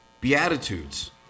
Beatitudes